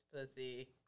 pussy